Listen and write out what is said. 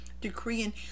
Decreeing